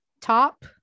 top